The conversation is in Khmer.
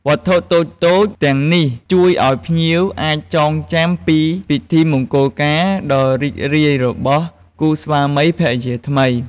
វត្ថុតូចៗទាំងនេះជួយឲ្យភ្ញៀវអាចចងចាំពីពិធីមង្គលការដ៏រីករាយរបស់គូស្វាមីភរិយាថ្មី។